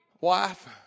wife